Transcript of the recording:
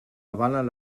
avalen